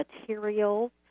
materials